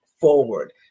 forward